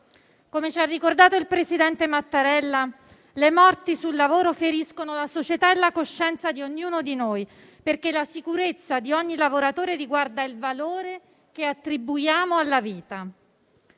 Come ci ha ricordato il presidente Mattarella, le morti sul lavoro feriscono la società e la coscienza di ognuno di noi perché la sicurezza di ogni lavoratore riguarda il valore che attribuiamo alla vita.